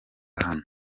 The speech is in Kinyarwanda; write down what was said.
hano